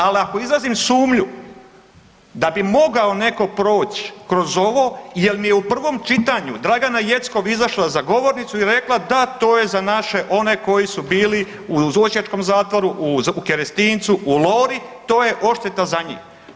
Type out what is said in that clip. Ali ako izrazim sumnju da bi mogao netko proći kroz ovo jer mi je u prvom čitanju Dragana Jeckov izašla za govornicu i rekla, da to je za naše one koji su bili u … zatvoru, u Kerestincu, u Lori, to je odšteta za njih.